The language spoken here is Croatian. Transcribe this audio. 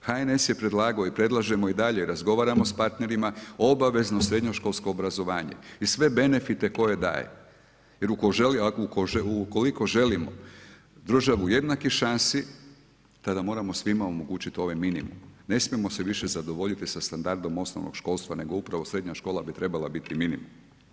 HNS je predlagao i predlažemo i dalje, razgovaramo sa partnerima, obavezno srednjoškolsko obrazovanje i sve benefite koje daje jer ukoliko želimo državu jednakih šansi tada moramo svima omogućiti ovaj minimum, ne smijemo se više zadovoljiti sa standardom osnovnog školska nego upravo srednja škola bi trebala biti minimum.